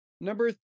number